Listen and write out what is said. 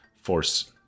Force